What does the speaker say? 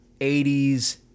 80s